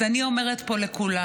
אז אני אומרת פה לכולם: